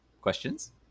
Questions